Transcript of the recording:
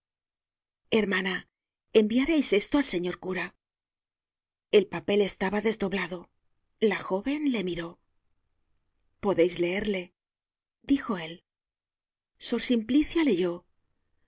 enviareis esto al señor cura el papel estaba desdoblado la jóven le miró podeis leerle dijo él sor simplicia leyó